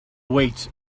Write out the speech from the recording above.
weights